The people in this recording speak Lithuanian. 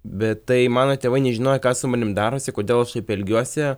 bet tai mano tėvai nežinojo kas su manim darosi kodėl aš taip elgiuosi